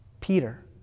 Peter